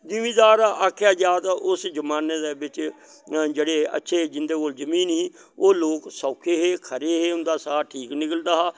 जिमीदार आखेआ जा ता उस जमाने दै बिच्च जेह्ड़े अच्छे जिन्दे कोल जमीन ही ओह् लोग सौखे हे खरे हे उन्दा साह् ठीक निकलदा हा